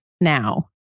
now